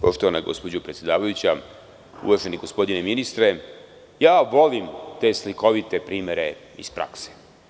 Poštovana gospođo predsedavajuća, uvaženi gospodine ministre, volim te slikovite primere iz prakse.